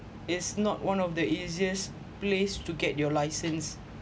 it's not one of the easiest place to get your license